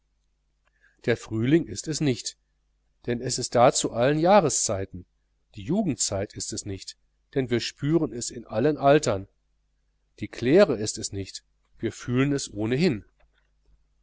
der frühling ist es nicht denn es ist da zu allen jahreszeiten die jugendzeit ist es nicht denn wir spüren es in allen altern die claire ist es nicht wir fühlen es ohnehin